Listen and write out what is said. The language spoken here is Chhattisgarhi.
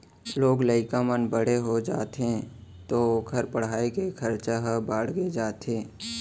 लोग लइका मन बड़े हो जाथें तौ ओकर पढ़ाई के खरचा ह बाड़गे जाथे